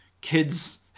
kids